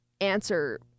answer